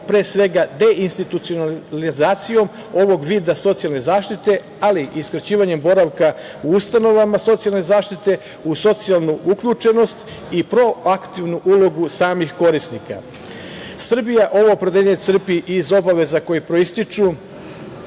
pre svega deinstitucionalizacijom ovog vida socijalne zaštite, ali i skraćivanjem boravka u ustanovama socijalne zaštite u socijalnu uključenost i proaktivnu ulogu samih korisnika. Srbija ovo opredeljenje crpi iz obaveza koje proističu